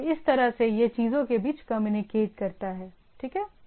तो इस तरह से यह चीजों के बीच कम्युनिकेट करता है ठीक है